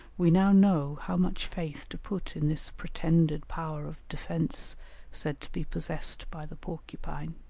we now know how much faith to put in this pretended power of defence said to be possessed by the porcupine.